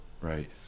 Right